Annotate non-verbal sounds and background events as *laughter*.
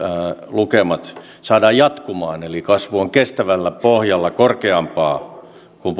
lukemat saadaan jatkumaan eli kasvu on kestävällä pohjalla korkeampaa kuin *unintelligible*